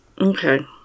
Okay